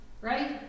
right